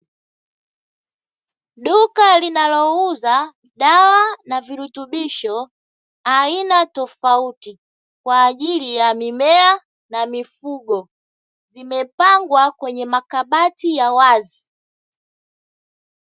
Duka linalouza dawa na virutubisho aina tofauti kwa ajili ya mimea na mifugo, vimepangwa kwenye makabati ya wazi.